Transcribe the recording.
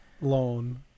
loan